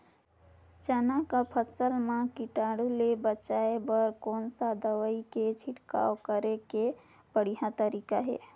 चाना के फसल मा कीटाणु ले बचाय बर कोन सा दवाई के छिड़काव करे के बढ़िया तरीका हे?